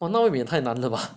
那也太难了吧